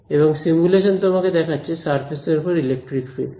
এবং সিমুলেশন তোমাকে দেখাচ্ছে সারফেস এর উপর ইলেকট্রিক ফিল্ড